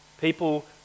People